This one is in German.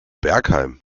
bergheim